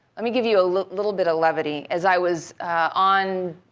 let me give you a little bit of levity. as i was on